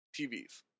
TVs